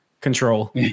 control